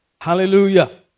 Hallelujah